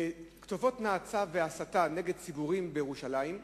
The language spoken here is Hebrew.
כתובות נאצה והסתה נגד ציבורים בירושלים,